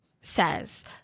says